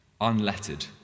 unlettered